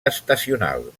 estacional